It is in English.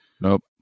nope